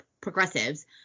progressives